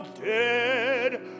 dead